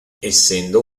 essendo